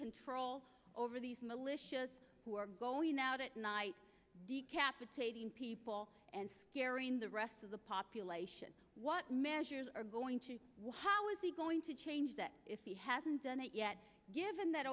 control over these militias who are going out at night decapitating people and scaring the rest of the population what measures are going to how is he going to change that if he hasn't done it yet given that